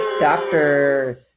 doctors